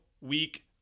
week